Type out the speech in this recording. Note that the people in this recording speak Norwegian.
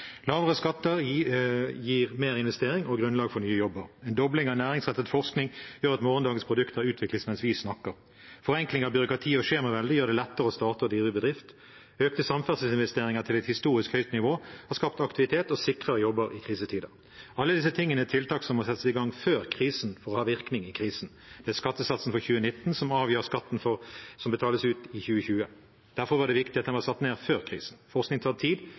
Lavere skatter gir mer investering og grunnlag for nye jobber. En dobling av næringsrettet forskning gjør at morgendagens produkter utvikles mens vi snakker. Forenkling av byråkrati og skjemavelde gjør det lettere å starte og drive bedrift. Økte samferdselsinvesteringer til et historisk høyt nivå har skapt aktivitet og sikrer jobber i krisetider. Alle disse tingene er tiltak som må settes i gang før krisen for å ha en virkning i krisen. Det er skattesatsen for 2019 som avgjør skatten som betales ut i 2020. Derfor var det viktig at den var satt ned før krisen. Forskning tar tid,